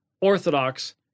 Orthodox